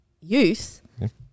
youth